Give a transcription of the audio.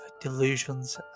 delusions